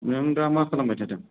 नों दा मा खालामबाय थादों